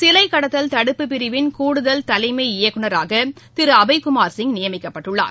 சிலைக் கடத்தல் தடுப்புப் பிரிவின் கூடுதல் தலைமை இயக்குநராக திரு அபய்குமார் சிங் நியமிக்கப்பட்டுள்ளார்